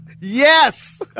yes